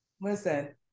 Listen